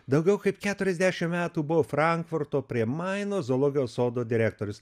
daugiau kaip keturiasdešim metų buvo frankfurto prie maino zoologijos sodo direktorius